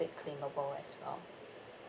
it claimable as well